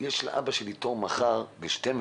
אמר שלאבא שלו יש תור לרופא מחר ב-12:00,